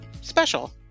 special